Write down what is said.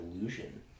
illusion